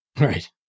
Right